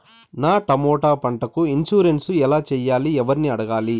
నా టమోటా పంటకు ఇన్సూరెన్సు ఎలా చెయ్యాలి? ఎవర్ని అడగాలి?